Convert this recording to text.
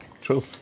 true